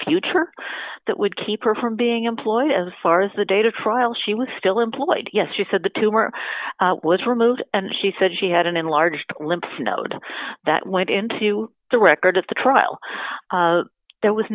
future that would keep her from being employed as far as the day to trial she was still employed yes she said the tumor was removed and she said she had an enlarged lymph node that went into the record at the trial there was